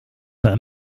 hör